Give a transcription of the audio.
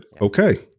Okay